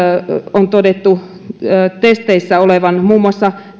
on todettu testeissä olevan muun muassa